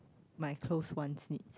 my close ones need